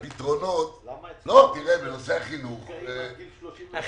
תראה, בנושא החינוך, כולם אתנו.